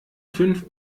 fünf